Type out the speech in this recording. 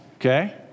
okay